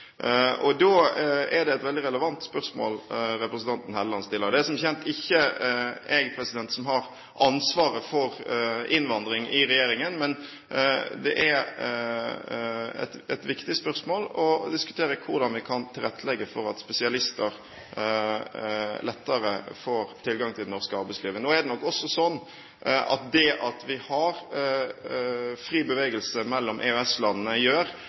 Da er det et veldig relevant spørsmål representanten Helleland stiller. Det er som kjent ikke jeg i regjeringen som har ansvaret for innvandring, men det er et viktig spørsmål å diskutere hvordan vi kan legge til rette for at spesialister lettere får tilgang til det norske arbeidslivet. Nå er det nok også sånn at det at vi har fri bevegelse mellom EØS-landene, gjør